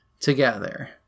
together